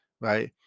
right